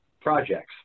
projects